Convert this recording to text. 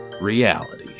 Reality